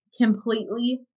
Completely